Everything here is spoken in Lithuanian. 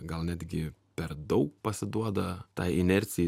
gal netgi per daug pasiduoda tai inercijai